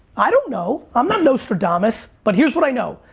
i don't know! i'm not nostradamus but here's what i know,